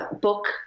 Book